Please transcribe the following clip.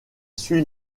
suit